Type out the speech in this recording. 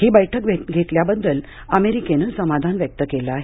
ही बैठक घेतल्याबद्दल अमेरिकेने समाधान व्यक्त केले आहे